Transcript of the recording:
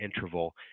interval